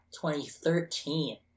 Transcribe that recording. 2013